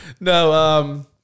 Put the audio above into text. No